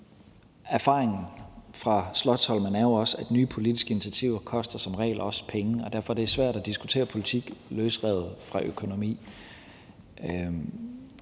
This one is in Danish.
erfaringen fra Slotsholmen jo er, at nye politiske initiativer som regel også koster penge. Og derfor er det svært at diskutere politik løsrevet fra økonomi.